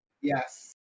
Yes